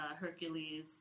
Hercules